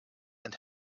and